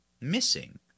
missing